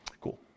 Cool